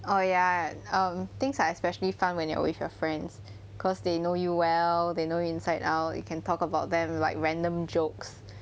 oh ya um things are especially fun when you are with your friends cause they know you well they know inside out you can talk about them like random jokes